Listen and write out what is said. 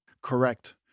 correct